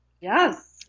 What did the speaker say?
Yes